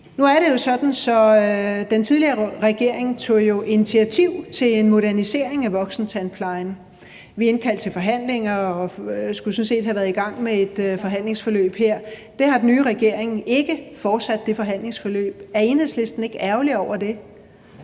Nu er det jo sådan, at den tidligere regering tog initiativ til en modernisering af voksentandplejen. Vi indkaldte til forhandlinger og skulle sådan set have været i gang med et forhandlingsforløb her. Det forhandlingsforløb har den nye regering ikke fortsat. Er Enhedslisten ikke ærgerlig over det?